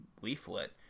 leaflet